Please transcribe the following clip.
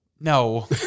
No